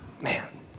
man